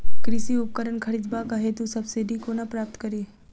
कृषि उपकरण खरीदबाक हेतु सब्सिडी कोना प्राप्त कड़ी?